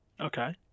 Okay